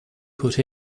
put